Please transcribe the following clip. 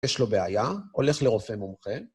יש לו בעיה, הולך לרופא מומחה,